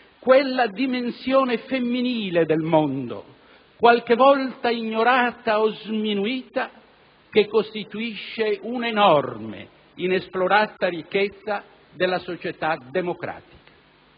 «quella dimensione femminile del mondo, qualche volta ignorata o sminuita, che costituisce un'enorme, inesplorata ricchezza della società democratica».